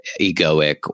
egoic